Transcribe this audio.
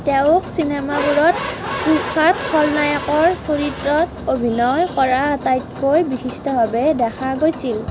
তেওঁক চিনেমাবোৰত কুখ্যাত খলনায়কৰ চৰিত্ৰত অভিনয় কৰা আটাইতকৈ বিশিষ্টভাৱে দেখা গৈছিল